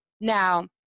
Now